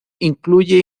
incluye